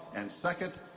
and, second,